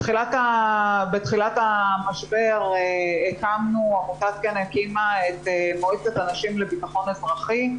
בתחילת המשבר עמותת כ"ן הקימה את מועצת הנשים לביטחון אזרחי,